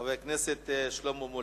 הצעה מס' 3243. חבר הכנסת שלמה מולה,